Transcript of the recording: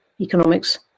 Economics